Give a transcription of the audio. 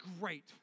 great